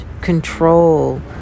control